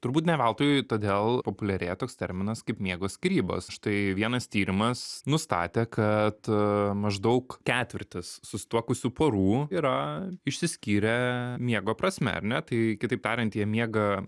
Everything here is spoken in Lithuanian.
turbūt ne veltui todėl populiarėja toks terminas kaip miego skyrybos štai vienas tyrimas nustatė kad maždaug ketvirtis susituokusių porų yra išsiskyrę miego prasme ar ne tai kitaip tariant jie miega